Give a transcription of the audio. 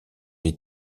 des